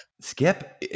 Skip